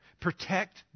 protect